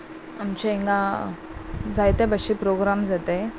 आमचे हिंगा जायते बशेचे प्रोग्राम जातात